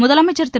முதலமைச்சர் திரு